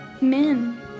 men